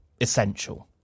essential